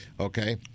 Okay